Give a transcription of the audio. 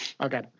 Okay